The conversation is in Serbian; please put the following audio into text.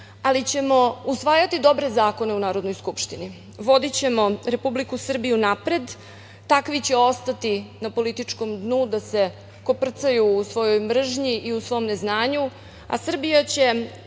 ali ćemo usvajati dobre zakone u Narodnoj skupštini. Vodićemo Republiku Srbiju napred. Takvi će ostati na političkom dnu, da se koprcaju u svojoj mržnji i u svom neznanju, a Srbija će